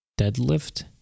deadlift